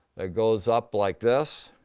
it goes up like this,